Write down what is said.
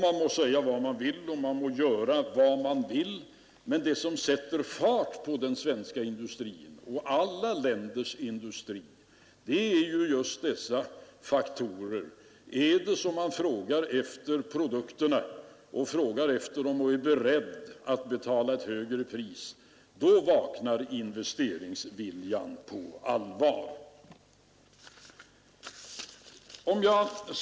Man må säga vad man vill och man må göra vad man vill, men vad som sätter fart på industrin är just dessa faktorer: om någon efterfrågar produkterna och är beredd att betala ett högre pris, då vaknar investeringsviljan på allvar.